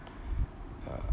uh